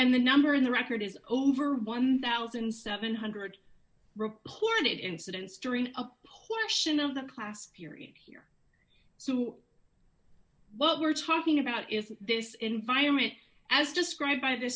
and the number in the record is over one thousand seven hundred reported incidents during a portion of the class period here so what we're talking about is this environment as described by th